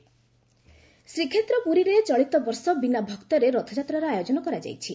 ଜାଭଡେକର ରଥଯାତ୍ରା ଶ୍ରୀକ୍ଷେତ୍ର ପୁରୀରେ ଚଳିତ ବର୍ଷ ବିନା ଭକ୍ତରେ ରଥଯାତ୍ରାର ଆୟୋଜନ କରାଯାଇଛି